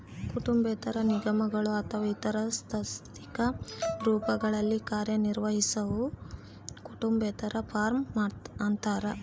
ಕುಟುಂಬೇತರ ನಿಗಮಗಳು ಅಥವಾ ಇತರ ಸಾಂಸ್ಥಿಕ ರೂಪಗಳಲ್ಲಿ ಕಾರ್ಯನಿರ್ವಹಿಸುವವು ಕುಟುಂಬೇತರ ಫಾರ್ಮ ಅಂತಾರ